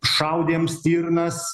šaudėm stirnas